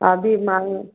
अभी माल